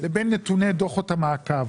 לבין נתוני דוחות המעקב.